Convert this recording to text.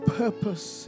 purpose